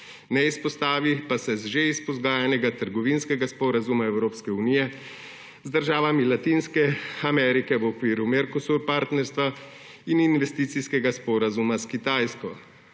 ne izpostavi pa se že izpogajanega trgovinskega sporazuma Evropske unije z državami Latinske Amerike v okviru partnerstva Mercosur in investicijskega sporazuma s Kitajsko.